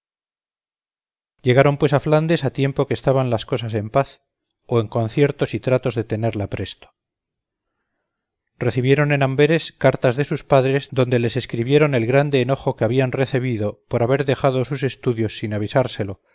llegáron pues á flándes á tiempo que estaban las cosas en paz ó en conciertos y tratos de tenerla presto recibiéron en ambéres cartas de sus padres donde les escribiéron el grande enojo que habian recebido por haber dejado sus estudios sin avisárselo